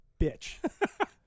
bitch